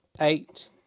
eight